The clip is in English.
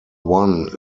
one